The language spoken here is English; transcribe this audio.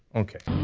okay.